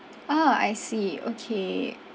ah I see okay